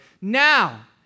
now